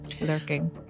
lurking